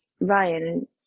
Ryan